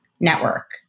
Network